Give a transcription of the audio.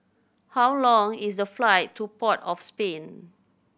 how long is the flight to Port of Spain